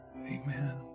Amen